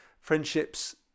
friendships